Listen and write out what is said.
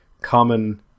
common